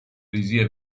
ریزی